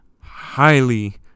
Highly